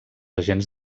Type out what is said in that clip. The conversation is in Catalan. agents